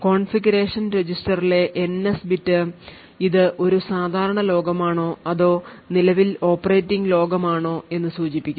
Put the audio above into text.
configuration രജിസ്റ്ററിലെ NS bit ഇത് ഒരു സാധാരണ ലോകമാണോ അതോ നിലവിൽ ഓപ്പറേറ്റിംഗ് ലോകമാണോ എന്ന് സൂചിപ്പിക്കുന്നു